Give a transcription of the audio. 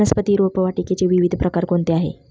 वनस्पती रोपवाटिकेचे विविध प्रकार कोणते आहेत?